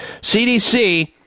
CDC